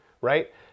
right